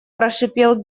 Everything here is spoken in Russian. прошипел